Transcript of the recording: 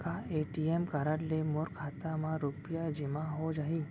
का ATM card ले मोर खाता म रुपिया जेमा हो जाही?